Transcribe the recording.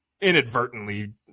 inadvertently